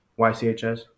YCHS